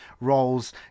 roles